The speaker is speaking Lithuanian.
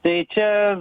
tai čia